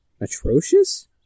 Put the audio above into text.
atrocious